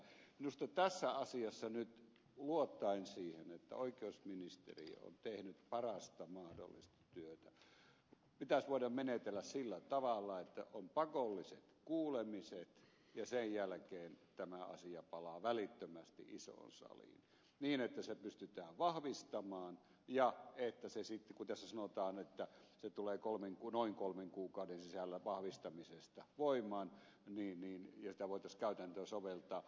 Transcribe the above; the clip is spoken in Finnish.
minusta tässä asiassa nyt luottaen siihen että oikeusministeriö on tehnyt parasta mahdollista työtä pitäisi voida menetellä sillä tavalla että on pakolliset kuulemiset ja sen jälkeen tämä asia palaa välittömästi isoon saliin niin että se pystytään vahvistamaan ja tässä sanotaan että se tulee noin kolmen kuukauden sisällä vahvistamisesta voimaan sitä voitaisiin käytäntöön soveltaa